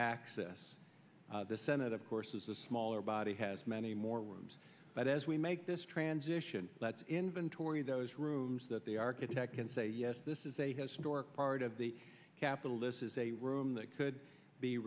access the senate of course is a smaller body has many more rooms but as we make this transition let's inventory those rooms that the architect can say yes this is a historic part of the capitol this is a room that could be